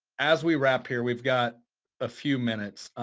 as we wrap here, we've got a few minutes.